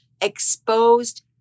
exposed